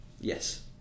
Yes